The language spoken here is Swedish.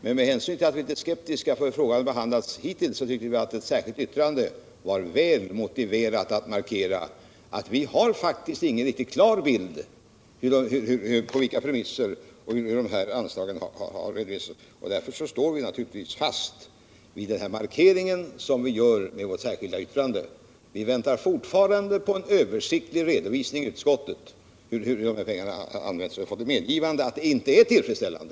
Med hänsyn till att vi är litet skeptiskt inställda till frågans hittillsvarande behandling tycker vi att detta särskilda yttrande är väl motiverat för att markera att vi inte har någon riktigt klar bild av på vilka premisser dessa anslag har redovisats. Därför står vi fast vid den markering som vi gjort i detta särskilda yttrande. Vi väntar fortfarande på en översiktlig redovisning i utskottet för hur dessa pengar används, och vi har fått ett medgivande av att den hittillsvarande redovisningen inte är tillfredsställande.